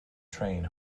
train